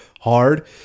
hard